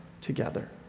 together